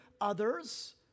others